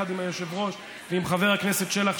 יחד עם היושב-ראש ועם חבר הכנסת שלח,